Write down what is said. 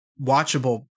watchable